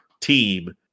team